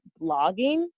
blogging